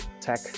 tech